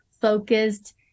focused